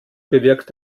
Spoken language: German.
bewirkt